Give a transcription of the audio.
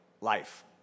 life